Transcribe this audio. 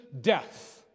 death